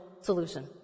solution